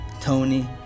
Tony